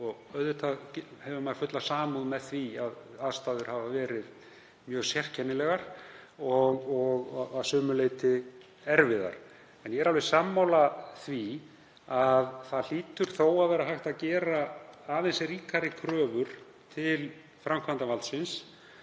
Auðvitað hefur maður fulla samúð með því að aðstæður hafa verið mjög sérkennilegar og að sumu leyti erfiðar. En ég er alveg sammála því að það hlýtur þó að vera hægt að gera aðeins ríkari kröfur til framkvæmdarvaldsins